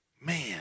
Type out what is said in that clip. man